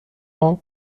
عمق